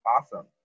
Awesome